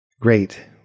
Great